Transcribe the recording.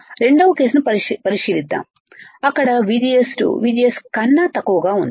రెండవ కేసును పరిశీలిద్దాం అక్కడ VGS2 VGS కన్నా తక్కువగా ఉన్నది